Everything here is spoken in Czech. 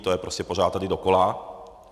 To je prostě pořád tady dokola.